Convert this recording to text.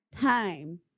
time